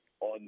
on